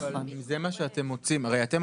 זה יכול להיות גם אחת ל-4 שנים.